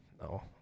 No